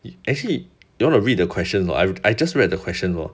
eh actually you want wanna read the question or not I just read the questions log